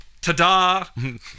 Ta-da